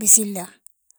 بسيلة.